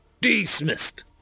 Dismissed